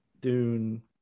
Dune